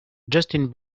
justin